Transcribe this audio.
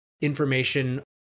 information